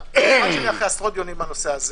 אחרי עשרות דיונים בנושא הזה